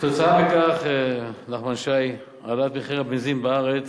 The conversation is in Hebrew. כתוצאה מכך העלאת מחיר הבנזין בארץ.